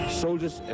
soldiers